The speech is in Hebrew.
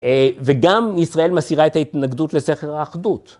וגם ישראל מסירה את ההתנגדות לסכר האחדות.